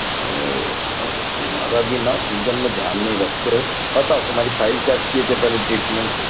अरे अब तुम्हारा भी ना सीजन में ध्यान नहीं रखते हो बताओ तुम्हारी फाइल क्या किए थे पहले ट्रीटमेंट